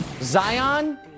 Zion